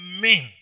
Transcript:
men